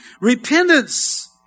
Repentance